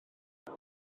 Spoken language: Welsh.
bydd